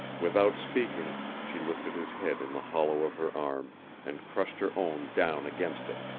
without speaking she lifted his head in the hollow of her arm and crushed her own down against it,